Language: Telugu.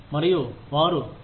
మరియు వారు ఓ